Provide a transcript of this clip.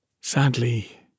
Sadly